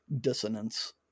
dissonance